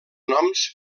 noms